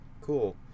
Cool